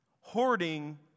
Hoarding